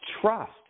trust